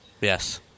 Yes